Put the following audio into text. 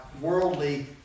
worldly